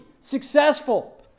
successful